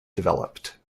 developed